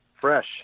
fresh